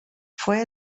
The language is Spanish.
fue